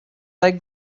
they